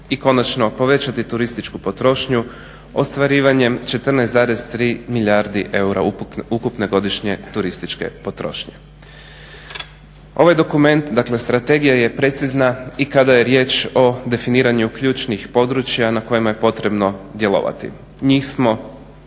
I konačno, povećati turističku potrošnju ostvarivanjem 14,3 milijardi ukupne godišnje turističke potrošnje. Ovaj dokument, dakle strategija je precizna i kada je riječ o definiranju ključnih područja na kojima je potrebno djelovati. Njih smo